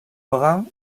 brun